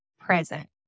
present